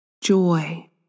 Joy